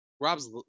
Rob's